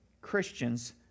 Christians